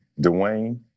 Dwayne